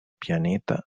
pianeta